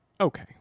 Okay